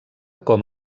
com